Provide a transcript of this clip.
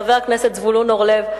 חבר הכנסת זבולון אורלב,